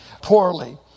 Poorly